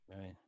Right